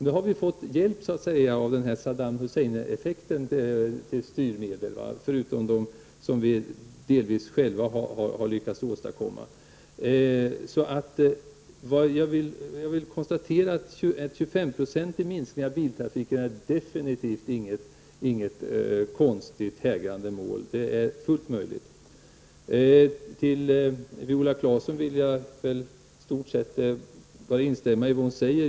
Nu har vi fått hjälp av Saddam Hussein-effekten förutom de styrmedel som vi delvis själva har lyckats åstadkomma. Jag vill konstatera att en 25-procentig minskning av biltrafiken definitivt inte är något konstigt hägrande mål. Det är fullt möjligt. Jag vill i stort sett bara instämma i det Viola Claesson säger.